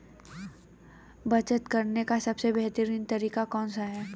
बचत करने का सबसे बेहतरीन तरीका कौन सा है?